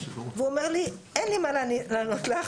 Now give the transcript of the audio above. והוא אומר לי "אין לי מה לענות לך,